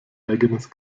eigenes